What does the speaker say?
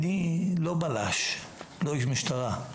אני לא בלש, לא איש משטרה.